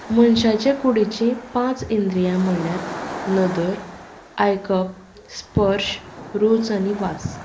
मनशाचे कुडीचीं पांच इंद्रीय म्हणल्यार नदर आयकप स्पर्श रूच आनी वास